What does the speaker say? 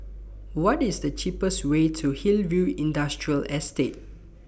What IS The cheapest Way to Hillview Industrial Estate